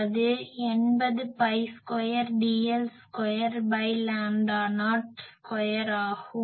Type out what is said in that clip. அது 80பை ஸ்கொயர் dl2லாம்டா நாட் ஸ்கொயர் ஆகும்